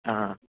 ആ